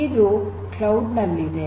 ಇದು ಕ್ಲೌಡ್ ನಲ್ಲಿದೆ